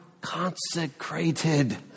consecrated